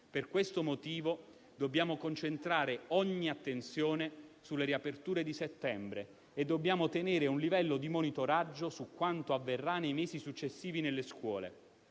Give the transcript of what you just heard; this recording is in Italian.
Per questo motivo, dobbiamo concentrare ogni attenzione sulle riaperture di settembre e tenere un livello di monitoraggio su quanto avverrà nei mesi successivi nelle scuole.